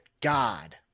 God